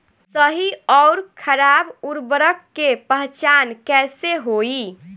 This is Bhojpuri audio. सही अउर खराब उर्बरक के पहचान कैसे होई?